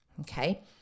Okay